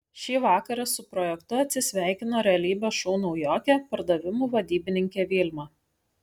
šį vakarą su projektu atsisveikino realybės šou naujokė pardavimų vadybininkė vilma